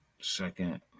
second